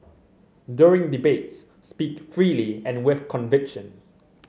during debates speak freely and with conviction